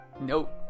Nope